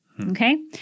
Okay